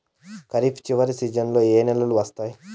ఖరీఫ్ చివరి సీజన్లలో ఏ నెలలు వస్తాయి?